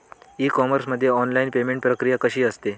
E commerce मध्ये online payment प्रक्रिया कशी असते?